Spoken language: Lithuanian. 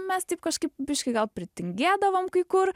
mes taip kažkaip biškį gal pritingėdavom kai kur